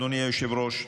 אדוני היושב-ראש,